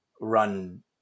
run